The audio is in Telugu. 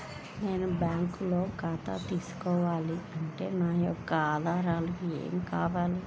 నేను బ్యాంకులో ఖాతా తీసుకోవాలి అంటే నా యొక్క ఆధారాలు ఏమి కావాలి?